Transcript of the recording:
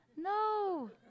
no